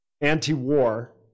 anti-war